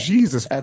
Jesus